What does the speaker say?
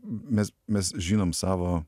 mes mes žinom savo